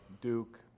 Duke